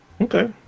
Okay